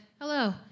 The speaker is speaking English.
hello